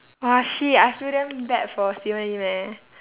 !wah! shit I feel damn bad for steven lim eh